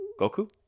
Goku